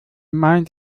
meint